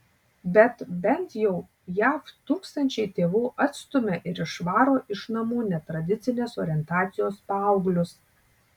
bet bent jau jav tūkstančiai tėvų atstumia ir išvaro iš namų netradicinės orientacijos paauglius